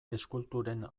eskulturen